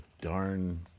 darn